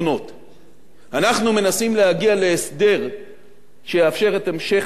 אנחנו מנסים להגיע להסדר שיאפשר את המשך פעולת הערוץ